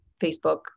Facebook